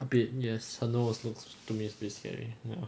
a bit yes her nose looks to me is a bit scary ya